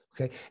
Okay